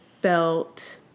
felt